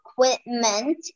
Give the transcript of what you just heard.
equipment